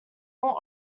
more